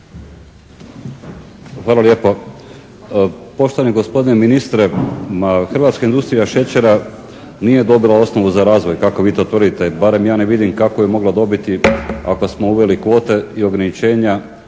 Hvala lijepa. Poštovani gospodine ministre, hrvatska industrija šećera nije dobila osnovu za razvoj kako vi to tvrdite, barem ja ne vidim kako je mogla dobiti ako smo uveli kvote i ograničenja